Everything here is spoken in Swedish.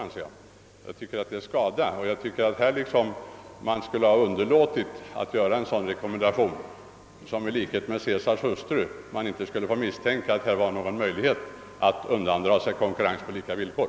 Man borde ha avhållit sig från att göra en sådan rekommendation beträffande företag som i likhet med Caesars hustru inte ens borde få misstänkas. Dessa bolag skall inte ha möjlighet att undandra sig konkurrens på lika villkor.